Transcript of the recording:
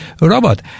robot